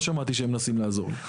לא שמעתי שהם מנסים לעזור לי.